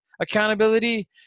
accountability